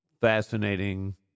fascinating